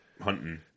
hunting